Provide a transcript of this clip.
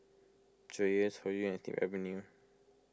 Dreyers Hoyu and Snip Avenue